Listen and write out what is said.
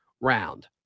round